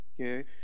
okay